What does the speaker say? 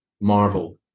Marvel